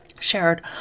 shared